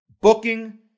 booking